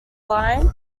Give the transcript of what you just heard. line